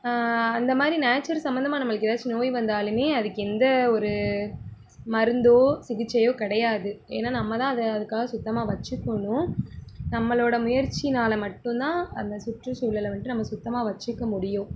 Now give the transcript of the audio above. அந்த மாதிரி நேச்சுரல் சம்பந்தமா நம்மளுக்கு ஏதாச்சும் நோய் வந்தாலுமே அதுக்கு எந்த ஒரு மருந்தோ சிகிச்சையோ கிடையாது ஏன்னால் நம்ம தான் அதை அதுக்காக சுத்தமாக வச்சுக்கணும் நம்மளோடய முயற்சினால் மட்டும்தான் அந்த சுற்றுசூழலை வந்துட்டு நம்ம சுத்தமாக வச்சுக்கமுடியும்